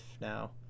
now